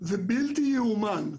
ובלתי יאומן.